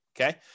okay